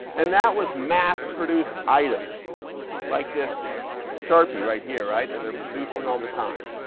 and that was mass produced items like this sharpie right here, right? that they're producing all the time.